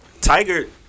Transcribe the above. Tiger –